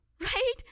Right